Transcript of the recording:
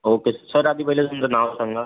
okay sir आधी पहिले तुमचं नाव सांगा